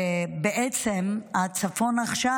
בעצם הצפון עכשיו,